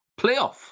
Playoff